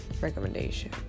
recommendation